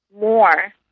more